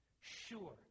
sure